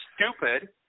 stupid